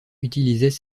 utilisaient